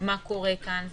מה קורה כאן.